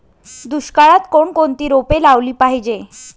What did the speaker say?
दुष्काळात कोणकोणती रोपे लावली पाहिजे?